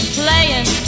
playing